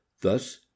thus